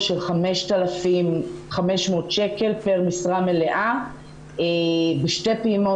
של 5,500 שקל פר משרה מלאה בשתי פעימות,